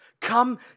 Come